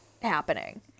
happening